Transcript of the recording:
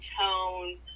tone